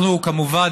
כמובן,